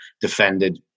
defended